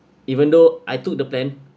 even though I took the plan